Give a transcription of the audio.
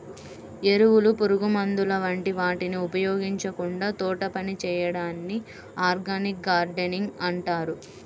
ఎరువులు, పురుగుమందుల వంటి వాటిని ఉపయోగించకుండా తోటపని చేయడాన్ని ఆర్గానిక్ గార్డెనింగ్ అంటారు